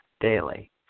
daily